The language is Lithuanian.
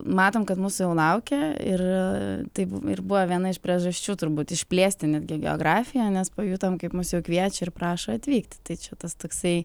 matom kad mūsų jau laukia ir taip ir buvo viena iš priežasčių turbūt išplėsti netgi geografiją nes pajutom kaip mus jau kviečia ir prašo atvykti tai čia tas toksai